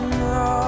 no